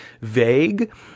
vague